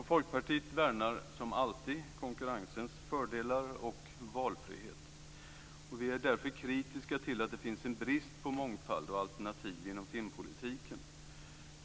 Folkpartiet värnar, som alltid, konkurrensens fördelar och valfrihet. Vi är därför kritiska till att det finns en brist på mångfald och alternativ inom filmpolitiken.